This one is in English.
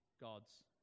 God's